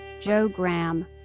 jo graham,